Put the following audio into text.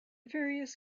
various